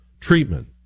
treatment